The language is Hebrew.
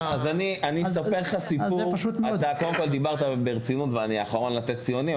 אתה דיברת ברצינות ואני האחרון שאתן פה ציונים,